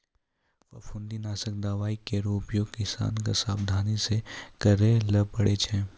फफूंदी नासक दवाई केरो उपयोग किसान क सावधानी सँ करै ल पड़ै छै